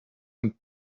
and